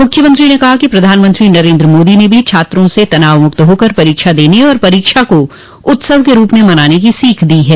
मुख्यमंत्री ने कहा कि प्रधानमंत्री नरेन्द्र मोदी ने भी छात्रों से तनावमुक्त होकर परीक्षा देने तथा परीक्षा को उत्सव के रूप में मनाने की सीख दी है